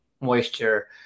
moisture